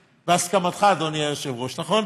בהסכמתך, אדוני היושב-ראש, נכון?